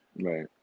right